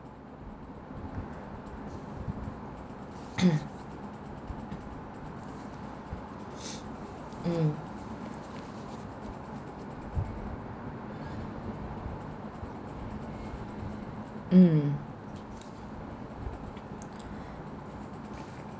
mm mm